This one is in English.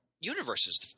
universes